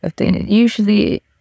Usually